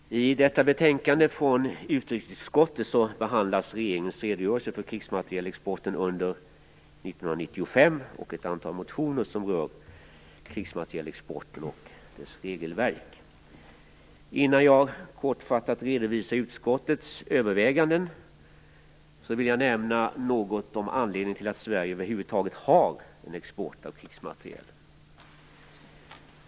Herr talman! I detta betänkande från utrikesutskottet behandlas regeringens redogörelse för krigsmaterielexporten under 1995 och ett antal motioner som rör krigsmaterielexporten och dess regelverk. Innan jag kortfattat redovisar utskottets överväganden vill jag nämna något om anledningen till att Sverige över huvud taget har en export av krigsmateriel.